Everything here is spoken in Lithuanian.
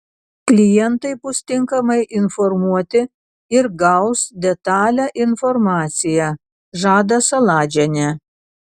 klientai bus tinkamai informuoti ir gaus detalią informaciją žada saladžienė